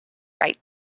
right